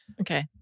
Okay